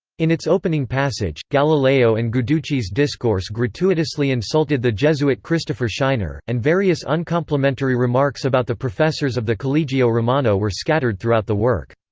in its opening passage, galileo and guiducci's discourse gratuitously insulted the jesuit christopher scheiner, and various uncomplimentary remarks about the professors of the collegio romano were scattered throughout the work.